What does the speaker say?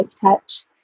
touch